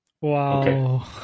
Wow